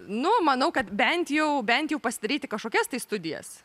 nu manau kad bent jau bent jau pasidaryti kažkokias tai studijas